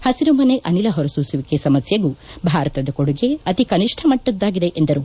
ಪಸಿರುಮನೆ ಅನಿಲ ಹೊರ ಸೂಸುವಿಕೆ ಸಮಸ್ಲೆಗೂ ಭಾರತದ ಕೊಡುಗೆ ಅತಿ ಕನಿಷ್ಠಮಟ್ಟದ್ದಾಗಿದೆ ಎಂದರು